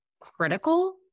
critical